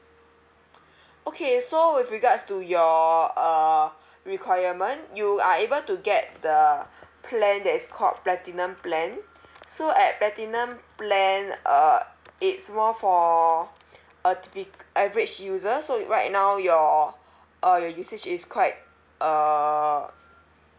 okay so with regards to your uh requirement you are able to get the plan that is called platinum plan so at platinum plan uh it's more for uh to the average user so you right now your uh your usage is quite uh